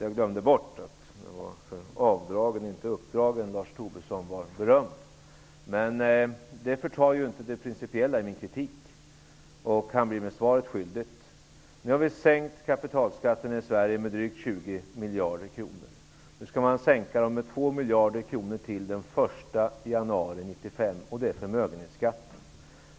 Jag glömde bort att det var för avdragen och inte uppdragen som Lars Tobisson var berömd. Men det förtar inte det principiella i min kritik. Han blir mig svaret skyldig. Vi har sänkt kapitalskatten i Sverige med drygt 20 miljarder kronor. Nu skall man sänka den med 2 miljarder kronor till den 1 januari 1995. Det gäller förmögenhetsskatten.